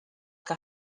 que